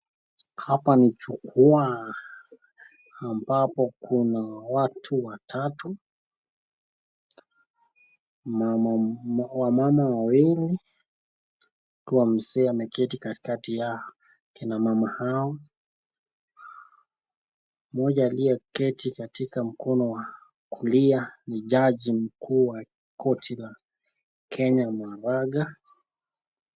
Hapa ni jukwaa ambapo kuna watu watatu, na wamama wawili ikiwa mzee ameketi katikati ya kina mama hao ,mmoja aliyeketi katika mkono wa kulia ni jaji mkuu wa koti la Kenya Maraga.